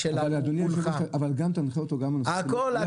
אדוני היושב ראש אבל גם תנחה אותו לגבי הנושא הכספי.